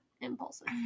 impulsive